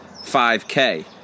5k